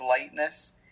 lightness